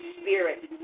spirit